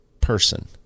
person